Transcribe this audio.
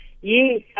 Yes